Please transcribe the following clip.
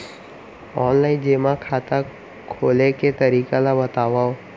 Offline जेमा खाता खोले के तरीका ल बतावव?